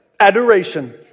Adoration